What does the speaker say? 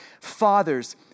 Fathers